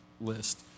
list